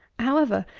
however,